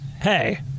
Hey